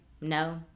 No